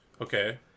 Okay